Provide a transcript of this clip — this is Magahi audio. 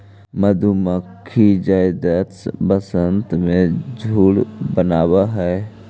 मधुमक्खियन जादेतर वसंत में झुंड बनाब हई